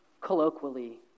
Colloquially